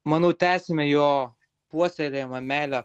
manau tęsime jo puoselėjamą meilę